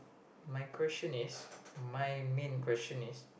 my question is my main question is